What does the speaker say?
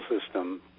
system